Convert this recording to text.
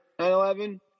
9-11